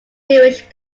jewish